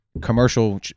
commercial